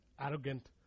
arrogant